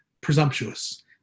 presumptuous